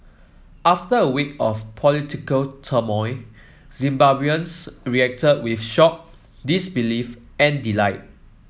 after a week of political turmoil Zimbabweans reacted with shock disbelief and delight